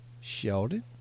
Sheldon